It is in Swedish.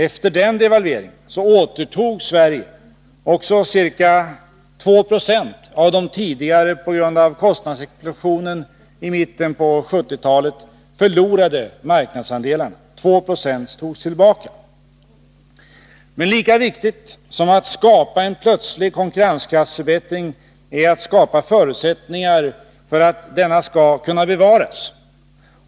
Efter den devalveringen återtog Sverige också ca 2 70 av de tidigare, på grund av kostnadsexplosionen i mitten på 1970-talet, förlorade marknadsandelarna. Men lika viktigt som att skapa en plötslig konkurrenskraftsförbättring är att skapa förutsättningar för att denna skall kunna bevaras.